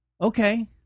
Okay